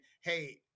hey